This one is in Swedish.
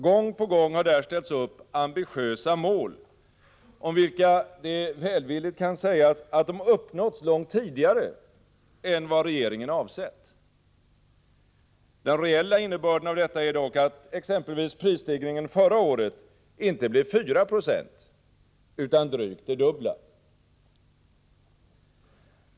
Gång på gång har där ställts upp ambitiösa mål, om vilka det välvilligt kan sägas att de uppnåtts långt tidigare än vad regeringen avsett. Den reella innebörden av detta är dock att exempelvis prisstegringen förra året inte blev 4 96 utan drygt det dubbla.